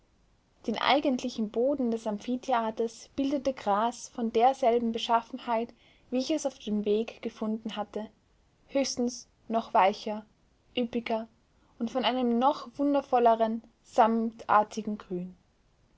den eigentlichen boden des amphitheaters bildete gras von derselben beschaffenheit wie ich es auf dem weg gefunden hatte höchstens noch weicher üppiger und von einem noch wundervolleren sammetartigen grün